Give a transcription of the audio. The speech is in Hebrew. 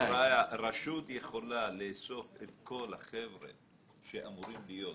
רשות יכולה לאסוף את כל החבר'ה שאמורים להיות המלווים.